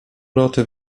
roty